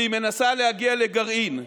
והיא מנסה להגיע לגרעין.